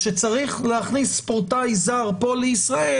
לארץ וכשצריך להכניס ספורטאי זר לישראל,